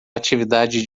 atividade